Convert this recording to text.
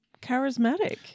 charismatic